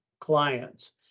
clients